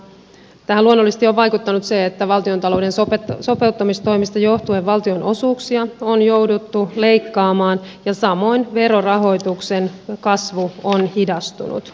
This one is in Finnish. tähän luonnollisesti on vaikuttanut se että valtiontalouden sopeuttamistoimista johtuen valtionosuuksia on jouduttu leikkaamaan ja samoin verorahoituksen kasvu on hidastunut